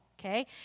okay